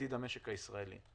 לעתיד המשק הישראלי.